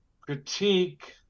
critique